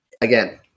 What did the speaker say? again